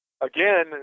again